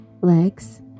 legs